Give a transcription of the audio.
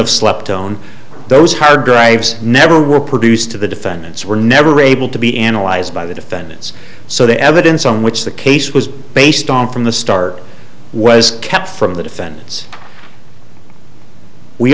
of slept on those hard drives never were produced to the defendants were never able to be analyzed by the defendants so the evidence on which the case was based on from the start was kept from the defen